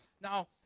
Now